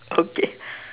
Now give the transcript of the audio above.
okay